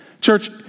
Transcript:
Church